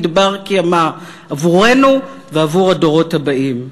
בר-קיימא עבורנו ועבור הדורות הבאים.